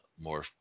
more